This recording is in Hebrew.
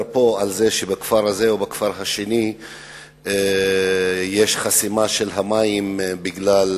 פה על זה שבכפר הזה או בכפר השני יש חסימה של המים בגלל